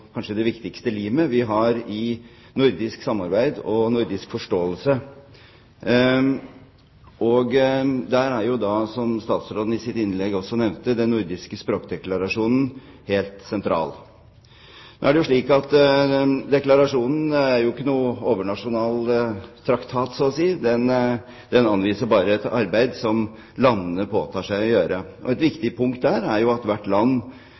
kanskje det viktigste limet vi har i nordisk samarbeid og nordisk forståelse. Der er da, som statsråden i sitt innlegg også nevnte, den nordiske språkdeklarasjonen helt sentral. Nå er det jo slik at deklarasjonen ikke er noen overnasjonal traktat. Den anviser bare et arbeid som landene påtar seg å gjøre. Et viktig punkt der er at hvert land